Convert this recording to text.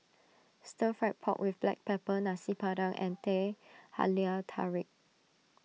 Stir Fried Pork with Black Pepper Nasi Padang and Teh Halia Tarik